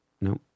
no